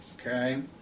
Okay